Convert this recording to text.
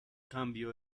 cambio